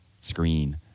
screen